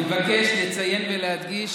אני מבקש לציין ולהדגיש